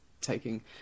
taking